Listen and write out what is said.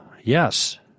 Yes